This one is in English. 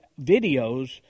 videos